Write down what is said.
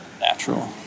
natural